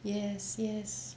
yes yes